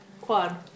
Quad